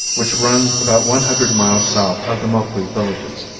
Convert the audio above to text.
which runs about one hundred miles south of the moqui villages.